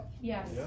Yes